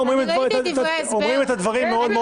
איתן,